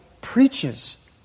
preaches